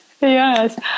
Yes